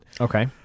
Okay